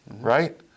right